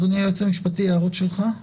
אדוני היועץ המשפטי, הערות שלך.